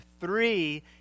three